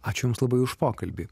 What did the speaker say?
ačiū jums labai už pokalbį